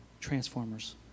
Transformers